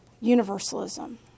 universalism